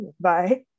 bye